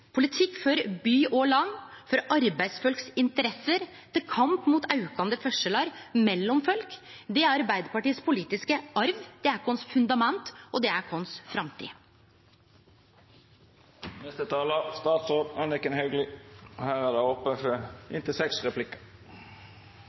Politikk for by og land, for arbeidsfolks interesser og til kamp mot aukande forskjellar mellom folk er Arbeidarpartiets politiske arv, det er vårt fundament, og det er vår framtid. Det går godt på arbeidsmarkedet. Bedriftene trenger folk, flere melder seg på arbeidsmarkedet, og den registrerte arbeidsledigheten er